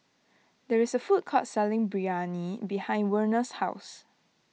there is a food court selling Biryani behind Werner's house